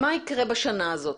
מה יקרה בשנה הזו?